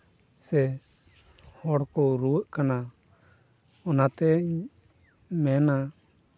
ᱥᱮ ᱦᱚᱲ ᱠᱚ ᱨᱩᱣᱟᱹᱜ ᱠᱟᱱᱟ ᱚᱱᱟ ᱛᱮᱧ ᱢᱮᱱᱟ